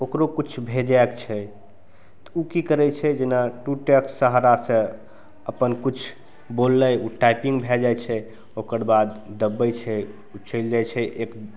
ओकरो किछु भेजैके छै ओ कि करै छै जेना टू टेक्स्ट सहारासे अपन किछु बोललै ओ टाइपिन्ग भै जाइ छै ओकरबाद ओ दबबै छै चलि जाइ छै एक